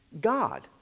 God